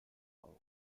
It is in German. augen